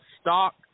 stock